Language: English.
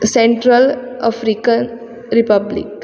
central African republic